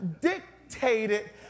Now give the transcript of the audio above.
dictated